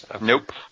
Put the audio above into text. Nope